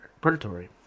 predatory